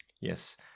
Yes